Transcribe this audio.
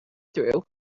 through